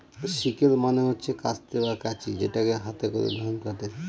sickle মানে হচ্ছে কাস্তে বা কাঁচি যেটাকে হাতে করে ধান কাটে